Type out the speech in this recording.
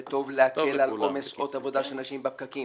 זה טוב להקל על עומס שעות עבודה שאנשים בפקקים.